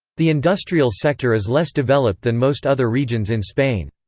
the industrial sector is less developed than most other regions in spain.